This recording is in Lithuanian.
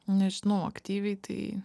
nežinau aktyviai tai